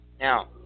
Now